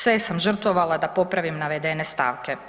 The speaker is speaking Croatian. Sve sam žrtvovala da popravim navedene stavke.